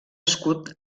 escut